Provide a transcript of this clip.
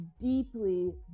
deeply